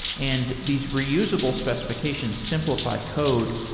and these reusable specifi cations simplify code,